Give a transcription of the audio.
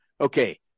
okay